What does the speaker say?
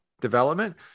development